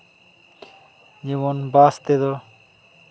ᱡᱮᱢᱚᱱ ᱵᱟᱥ ᱛᱮᱫᱚ